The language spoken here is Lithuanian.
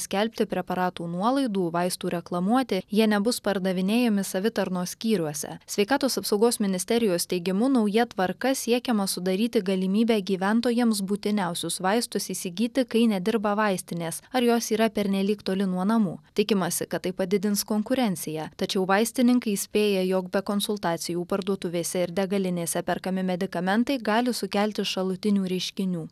skelbti preparatų nuolaidų vaistų reklamuoti jie nebus pardavinėjami savitarnos skyriuose sveikatos apsaugos ministerijos teigimu nauja tvarka siekiama sudaryti galimybę gyventojams būtiniausius vaistus įsigyti kai nedirba vaistinės ar jos yra pernelyg toli nuo namų tikimasi kad tai padidins konkurenciją tačiau vaistininkai įspėja jog be konsultacijų parduotuvėse ir degalinėse perkami medikamentai gali sukelti šalutinių reiškinių